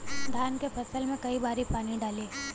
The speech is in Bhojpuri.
धान के फसल मे कई बारी पानी डाली?